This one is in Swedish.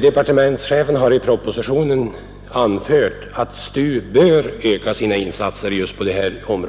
Departementschefen har i propositionen anfört att STU bör öka sina insatser just på miljövårdsteknikens